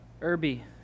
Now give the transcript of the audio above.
Irby